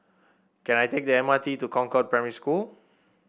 can I take the M R T to Concord Primary School